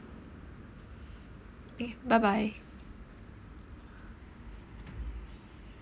K bye bye